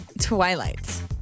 Twilight